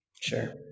Sure